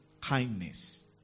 kindness